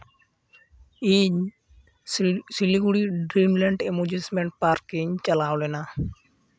ᱤᱧ ᱥᱤᱞᱤ Siliguri Dreamland amusement park ᱤᱧ ᱪᱟᱞᱟᱣ ᱞᱮᱱᱟ